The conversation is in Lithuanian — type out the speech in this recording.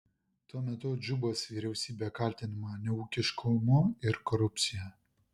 tuo metu džubos vyriausybė kaltinama neūkiškumu ir korupcija